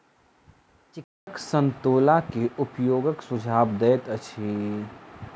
चिकित्सक संतोला के उपयोगक सुझाव दैत अछि